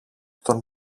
τον